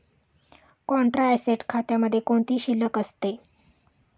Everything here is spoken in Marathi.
कॉन्ट्रा ऍसेट खात्यामध्ये कोणती शिल्लक असते?